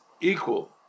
equal